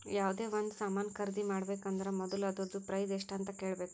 ಯಾವ್ದೇ ಒಂದ್ ಸಾಮಾನ್ ಖರ್ದಿ ಮಾಡ್ಬೇಕ ಅಂದುರ್ ಮೊದುಲ ಅದೂರ್ದು ಪ್ರೈಸ್ ಎಸ್ಟ್ ಅಂತ್ ಕೇಳಬೇಕ